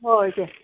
ꯍꯣꯏ ꯏꯆꯦ